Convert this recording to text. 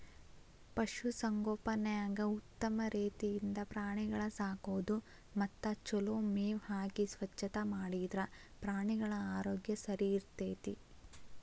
ಪಶು ಸಂಗೋಪನ್ಯಾಗ ಉತ್ತಮ ರೇತಿಯಿಂದ ಪ್ರಾಣಿಗಳ ಸಾಕೋದು ಮತ್ತ ಚೊಲೋ ಮೇವ್ ಹಾಕಿ ಸ್ವಚ್ಛತಾ ಮಾಡಿದ್ರ ಪ್ರಾಣಿಗಳ ಆರೋಗ್ಯ ಸರಿಇರ್ತೇತಿ